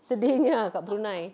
sedihnya kat brunei